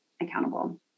accountable